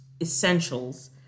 essentials